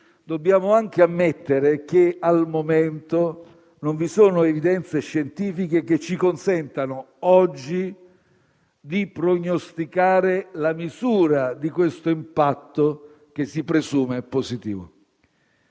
dobbiamo anche ammettere che, al momento, non vi sono evidenze scientifiche, che ci consentano oggi di pronosticare la misura di questo impatto, che si presume positivo.